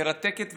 מרתקת,